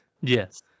Yes